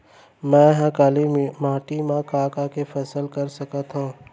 मै ह काली माटी मा का का के फसल कर सकत हव?